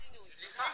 זיוה.